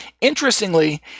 interestingly